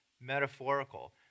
metaphorical